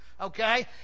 Okay